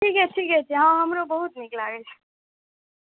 ठीके छै ठीके छै हँ हमरो बहुत नीक लागै छै